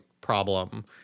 problem